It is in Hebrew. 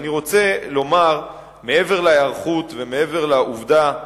מעבר להיערכות ומעבר לעובדה